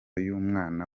y’umwana